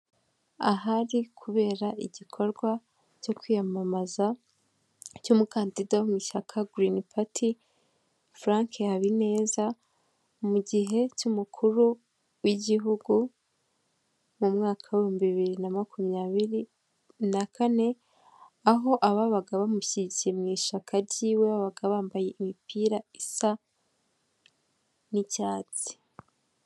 Ahari kubera igikorwa cyo kwiyamamaza cy'umukandida wo mu ishyaka gurini pati Frank Habineza, mu gihe cy'umukuru w'igihugu mu mwaka w'ibihumbi bibiri na makumyabiri na kane, aho ababaga bamushyigikiye mu ishyaka ryiwe babaga bambaye imipira isa n'icyatsi.